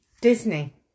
Disney